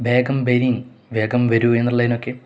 ബേഗം ബെരിന് വേഗം വരൂ എന്നുള്ളതിനൊക്കെ